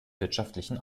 wirtschaftlichen